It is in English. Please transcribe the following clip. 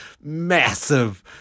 massive